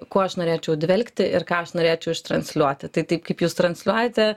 kuo aš norėčiau dvelkti ir ką aš norėčiau ištransliuoti tai taip kaip jūs transliuojate